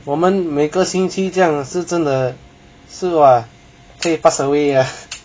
我们每个星期这样是真的是 !wah! 可以 pass away ah